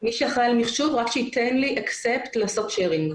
מי שאחראי על המחשוב, שייתן לי אקספט לעשות שרינג.